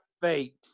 fate